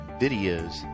videos